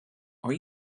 are